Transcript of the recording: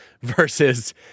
versus